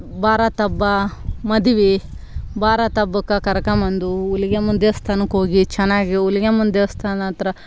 ಭಾರತ ಹಬ್ಬ ಮದುವೆ ಭಾರತ ಹಬ್ಬಕ್ಕ ಕರೆಕೊಂ ಬಂದು ಹುಲಿಗೆಮ್ಮನ ದೇವಸ್ಥಾನಕ್ಕೆ ಹೋಗಿ ಚೆನ್ನಾಗಿಹುಲಿಗೆಮ್ಮನ ದೇವಸ್ಥಾನ ಹತ್ರ